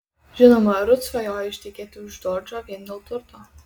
žinoma rut svajoja ištekėti už džordžo vien dėl turto